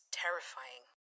terrifying